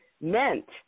meant